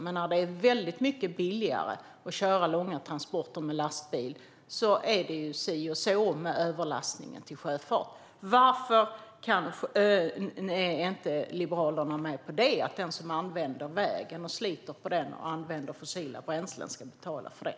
Men när det är väldigt mycket billigare att köra långa transporter med lastbil är det si och så med överlastningen till sjöfart. Varför är inte Liberalerna med på att den som använder vägen, sliter på den och använder fossila bränslen ska betala för det?